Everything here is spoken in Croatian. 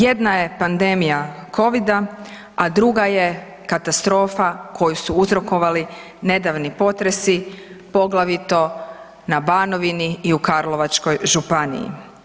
Jedna je pandemija Covida, a druga je katastrofa koju su uzrokovali nedavni potresi poglavito na Banovini i u Karlovačkoj županiji.